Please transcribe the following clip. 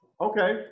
Okay